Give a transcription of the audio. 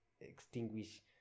extinguish